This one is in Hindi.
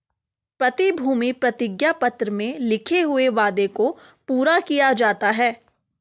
प्रतिभूति प्रतिज्ञा पत्र में लिखे हुए वादे को पूरा किया जाता है